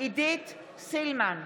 עידית סילמן,